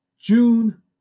June